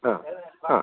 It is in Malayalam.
ആ ആ